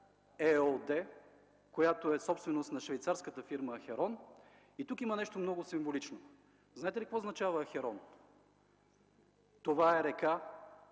ЕООД, която е собственост на швейцарската фирма „Ахерон”. Тук има нещо много символично. Знаете ли какво означава Ахерон? Това е река